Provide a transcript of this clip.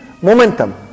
momentum